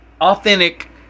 authentic